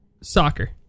Soccer